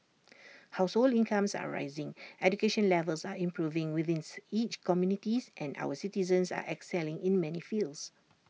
household incomes are rising education levels are improving within each communities and our citizens are excelling in many fields